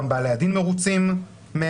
גם בעלי הדין מרוצים מהנגישות,